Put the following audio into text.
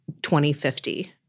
2050